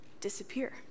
disappear